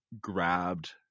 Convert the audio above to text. grabbed